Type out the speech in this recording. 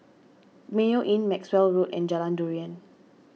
Mayo Inn Maxwell Road and Jalan Durian